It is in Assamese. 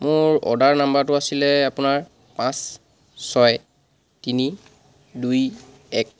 মোৰ অৰ্ডাৰ নাম্বাৰটো আছিলে আপোনাৰ পাঁচ ছয় তিনি দুই এক